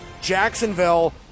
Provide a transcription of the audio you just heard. Jacksonville